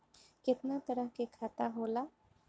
केतना तरह के खाता होला?